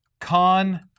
con